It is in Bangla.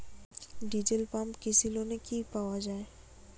ডিজেল পাম্প কৃষি লোনে কি পাওয়া য়ায়?